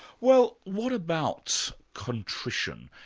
well what about contrition,